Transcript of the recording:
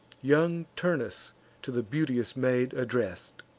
young turnus to the beauteous maid address'd.